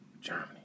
Germany